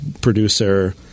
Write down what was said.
producer